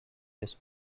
this